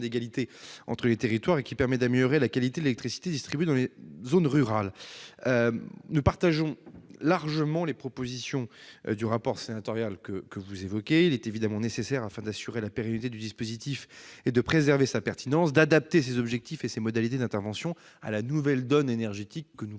d'égalité entre les territoires et qui permet d'améliorer la qualité de l'électricité distribuée dans les zones rurales. Nous partageons largement les propositions du rapport sénatorial que vous évoquez, monsieur le sénateur. Il est évidemment nécessaire, afin d'assurer la pérennité du dispositif et de préserver sa pertinence, d'adapter ses objectifs et ses modalités d'intervention à la nouvelle donne énergétique. À